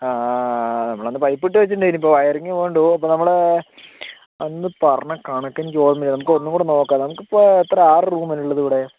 ആ നമ്മൾ അന്നു പൈപ്പിട്ടു വച്ചിട്ടുണ്ടായിരുന്നു ഇപ്പോൾ വയറിങ്ങേ വേണ്ടൂ അപ്പോൾ നമ്മളെ അന്നു പറഞ്ഞ കണക്ക് എനിക്കോർമ്മയില്ല നമുക്ക് ഒന്നുംകൂടി നോക്കാം നമുക്കിപ്പോൾ എത്ര ആറു റൂമല്ലെയുള്ളത് ഇവിടെ